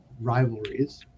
rivalries